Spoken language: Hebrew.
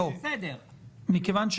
אין בעיה.